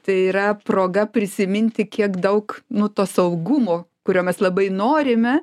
tai yra proga prisiminti kiek daug nu to saugumo kurio mes labai norime